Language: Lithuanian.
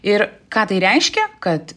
ir ką tai reiškia kad